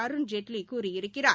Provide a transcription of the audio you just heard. அருண்ஜேட்வி கூறியிருக்கிறார்